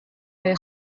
های